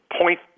point